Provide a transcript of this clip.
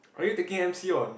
already taking M_C what